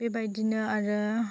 बेबायदिनो आरो